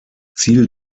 ziel